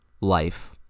life